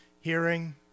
hearing